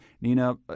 Nina